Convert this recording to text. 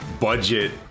budget